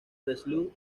breslau